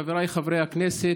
חבריי חברי הכנסת,